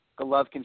Golovkin